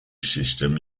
system